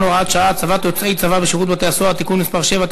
(הוראת שעה) (הצבת יוצאי צבא בשירות בתי-הסוהר) (תיקון מס' 7),